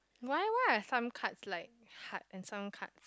why why are some cuts like heart and some cuts